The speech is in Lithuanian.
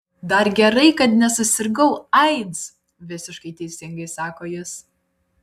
dar gerai kad nesusirgau aids visiškai teisingai sako jis